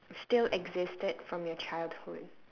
still existed from your childhood